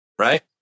Right